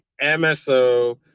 MSO